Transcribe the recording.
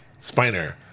Spiner